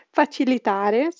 facilitare